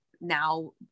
now